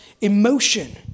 emotion